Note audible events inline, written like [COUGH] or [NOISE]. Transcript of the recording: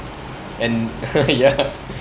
and [LAUGHS] ya